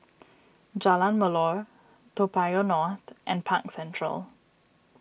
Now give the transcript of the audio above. Jalan Melor Toa Payoh North and Park Central